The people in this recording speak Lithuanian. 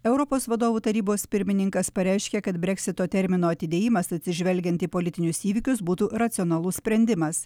europos vadovų tarybos pirmininkas pareiškė kad breksito termino atidėjimas atsižvelgiant į politinius įvykius būtų racionalus sprendimas